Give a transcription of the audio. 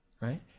Right